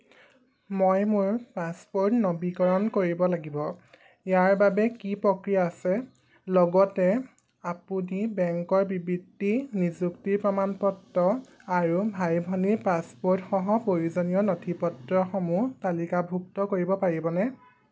মই মোৰ পাছপোৰ্ট নৱীকৰণ কৰিব লাগিব ইয়াৰ বাবে কি প্ৰক্ৰিয়া আছে লগতে আপুনি বেংকৰ বিবৃতি নিযুক্তিৰ প্ৰমাণপত্ৰ আৰু ভাই ভনীৰ পাছপোৰ্ট সহ প্ৰয়োজনীয় নথিপত্ৰসমূহ তালিকাভুক্ত কৰিব পাৰিবনে